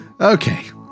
Okay